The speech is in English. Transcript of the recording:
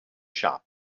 shop